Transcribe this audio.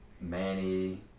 manny